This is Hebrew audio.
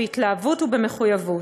בהתלהבות ובמחויבות.